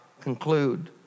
conclude